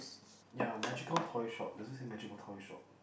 yep magical toy shop does it say magical toy shop